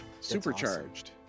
Supercharged